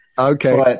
Okay